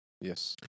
Yes